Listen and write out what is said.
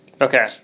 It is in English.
Okay